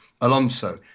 Alonso